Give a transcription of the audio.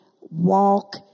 walk